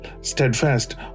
steadfast